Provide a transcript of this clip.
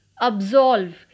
Absolve